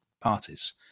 parties